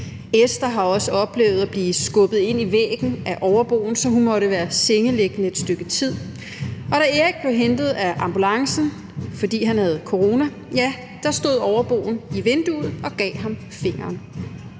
Esther har også oplevet at blive skubbet ind i væggen af overboen, så hun måtte være sengeliggende et stykke tid. Og da Erik blev hentet af ambulancen, fordi han havde fået corona, stod overboen i vinduet og gav ham fingeren.